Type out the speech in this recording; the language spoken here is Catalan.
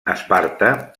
esparta